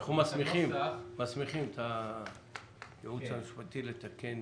אנחנו מסמיכים את הייעוץ המשפטי לתקן